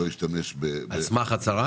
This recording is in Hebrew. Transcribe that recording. לגבי ההצהרה